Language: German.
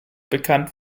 bekannt